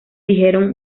dijeron